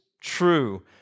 true